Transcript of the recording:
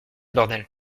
bordel